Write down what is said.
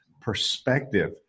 perspective